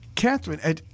Catherine